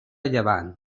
llevant